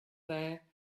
there